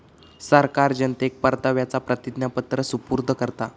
सरकार जनतेक परताव्याचा प्रतिज्ञापत्र सुपूर्द करता